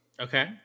Okay